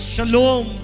Shalom